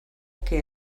que